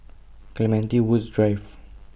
Clementi Woods Drive